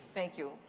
thank you.